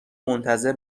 منتظر